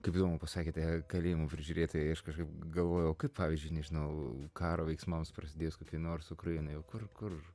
kaip įdomu pasakėte kalėjimo prižiūrėtojai aš kažkaip galvojau o kaip pavyzdžiui nežinau karo veiksmams prasidėjus kokioj nors ukrainoj o kur kur